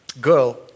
girl